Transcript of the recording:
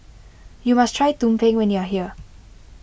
you must try Tumpeng when you are here